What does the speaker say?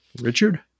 Richard